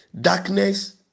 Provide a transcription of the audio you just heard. darkness